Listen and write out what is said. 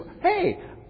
hey